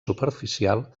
superficial